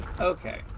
Okay